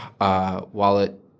wallet